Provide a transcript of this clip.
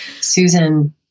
Susan